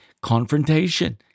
confrontation